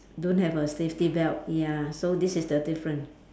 don't have a safety belt ya so this is the different